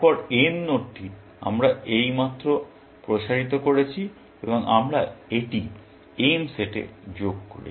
তারপর n নোডটি আমরা এইমাত্র প্রসারিত করেছি এবং আমরা এটি m সেটে যোগ করেছি